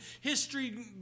history